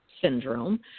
syndrome